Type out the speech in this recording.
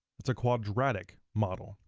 it's a quadratic model.